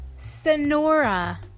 Sonora